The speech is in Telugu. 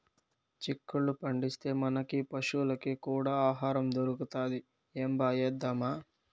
చిక్కుళ్ళు పండిస్తే, మనకీ పశులకీ కూడా ఆహారం దొరుకుతది ఏంబా ఏద్దామా